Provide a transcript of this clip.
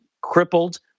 crippled